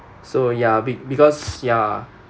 so ya be~ because ya